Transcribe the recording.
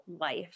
life